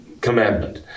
commandment